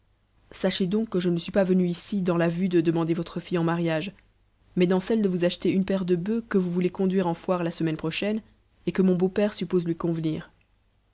sachez donc que je ne suis pas venu ici dans la vue de demander votre fille en mariage mais dans celle de vous acheter une paire de bufs que vous voulez conduire en foire la semaine prochaine et que mon beau-père suppose lui convenir